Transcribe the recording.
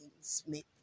Smith